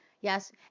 yes